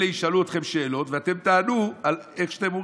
אלה ישאלו אתכם שאלות ואתם תענו על איך שאתם רואים,